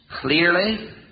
clearly